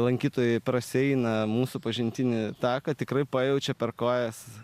lankytojai praseina mūsų pažintinį taką tikrai pajaučia per kojas